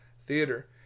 theater